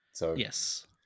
Yes